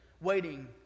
waiting